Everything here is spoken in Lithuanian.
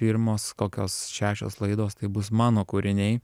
pirmos kokios šešios laidos tai bus mano kūriniai